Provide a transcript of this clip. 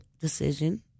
decision